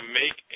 make